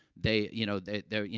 they you know, they there you